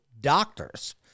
doctors